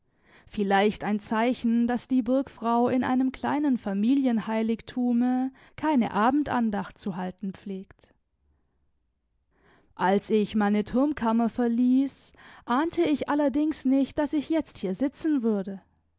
vielleicht ein zeichen daß die burgfrau in einem kleinen familienheiligtume keine abendandacht zu halten pflegt als ich meine turmkammer verließ ahnte ich allerdings nicht daß ich jetzt hier sitzen würde